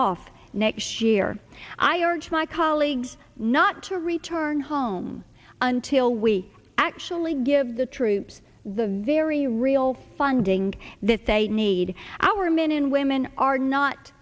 off next year i urge my colleagues not to return home until we actually give the troops the very real funding that they need our men and women are not